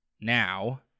Now